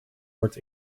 wordt